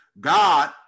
god